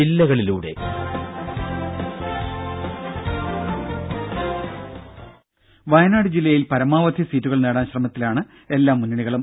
രുര വയനാട് ജില്ലയിൽ പരമാവധി സീറ്റുകൾ നേടാൻ ശ്രമത്തിലാണ് എല്ലാ മുന്നണികളും